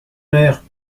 mère